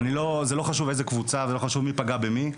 וזה לא חשוב איזו קבוצה, ולא חשוב מי פגע במי.